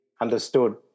understood